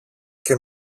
και